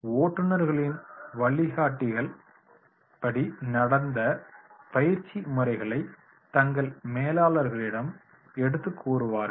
ஓட்டுநர்களின் வழிகாட்டிகள் படி நடந்த பயிற்சி முறைகளை தங்கள் மேலாளர்களிடம் எடுத்துக் கூறுவார்கள்